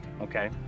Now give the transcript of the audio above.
Okay